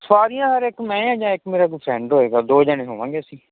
ਸੁਆਰੀਆਂ ਫੇਰ ਇੱਕ ਮੈਂ ਜਾਂ ਇੱਕ ਮੇਰਾ ਕੋਈ ਫਰੈਂਡ ਹੋਏਗਾ ਦੋ ਜਣੇ ਹੋਵਾਂਗੇ ਅਸੀਂ